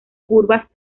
curvas